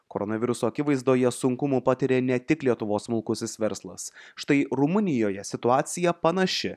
koronaviruso akivaizdoje sunkumų patiria ne tik lietuvos smulkusis verslas štai rumunijoje situacija panaši